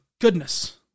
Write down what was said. goodness